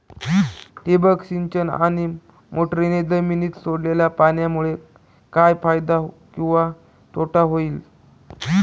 ठिबक सिंचन आणि मोटरीने जमिनीत सोडलेल्या पाण्यामुळे काय फायदा किंवा तोटा होईल?